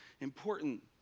important